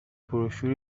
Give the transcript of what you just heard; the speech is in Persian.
بروشور